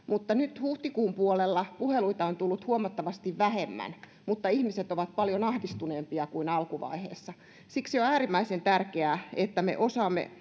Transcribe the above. mutta nyt huhtikuun puolella puheluita on tullut huomattavasti vähemmän mutta ihmiset ovat paljon ahdistuneempia kuin alkuvaiheessa siksi on äärimmäisen tärkeää että me osaamme